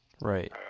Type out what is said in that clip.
right